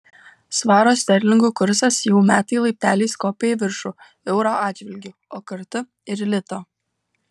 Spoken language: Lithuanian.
svaro sterlingų kursas jau metai laipteliais kopia į viršų euro atžvilgiu o kartu ir lito